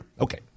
okay